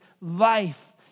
life